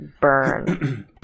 burn